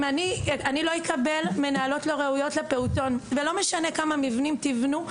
אני לא אקבל מנהלות לא ראויות לפעוטון ולא משנה כמה מבנים תבנו,